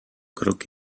krok